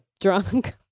Drunk